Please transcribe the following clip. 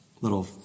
little